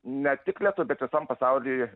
ne tik lietuvoj bet visam pasauly